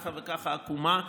ככה וככה העקומה,